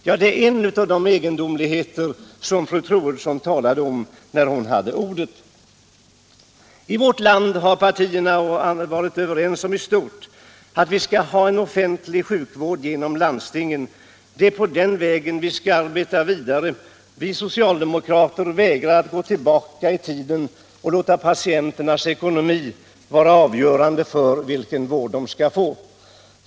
Detta är en av de egendomligheter som fru Troedssan talade om när hon hade ordet. I vårt land har partierna i stort sett varit överens om att vi skall ha en offentlig sjukvård genom landstingen. Det är på den vägen vi skall arbeta vidare. Vi socialdemokrater vägrar att gå tillbaka i tiden och låta patienternas ekonomi vara avgörande för vilken vård de skall få.